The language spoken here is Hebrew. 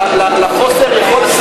לחוסר יכולת, לתוכניות.